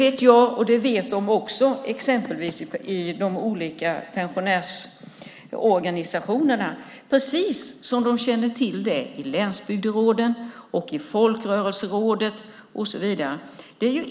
Jag vet att den finns kvar, och det vet också de olika pensionärsorganisationerna, precis som de känner till det i länsbygderåden, i Folkrörelserådet och så vidare.